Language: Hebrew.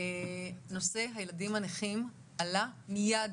נושא הילדים הנכים עלה מיד